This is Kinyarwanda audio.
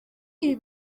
ibi